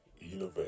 innovation